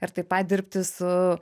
ir taip pat dirbti su